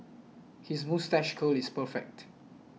his moustache curl is perfect